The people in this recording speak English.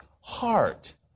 heart